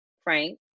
Frank